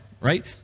right